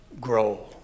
grow